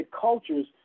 cultures